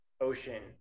ocean